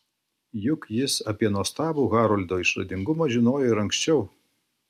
juk jis apie nuostabų haroldo išradingumą žinojo ir anksčiau